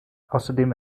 außerdem